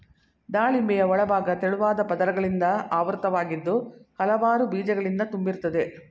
ದಾಳಿಂಬೆಯ ಒಳಭಾಗ ತೆಳುವಾದ ಪದರಗಳಿಂದ ಆವೃತವಾಗಿದ್ದು ಹಲವಾರು ಬೀಜಗಳಿಂದ ತುಂಬಿರ್ತದೆ